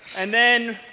and then